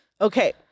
Okay